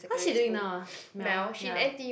what's she doing now ah Mel ya